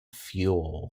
fuel